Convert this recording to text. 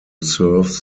serve